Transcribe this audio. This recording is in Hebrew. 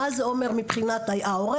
מה זה אומר מבחינת ההורה,